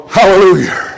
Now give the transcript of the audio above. Hallelujah